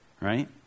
right